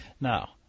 Now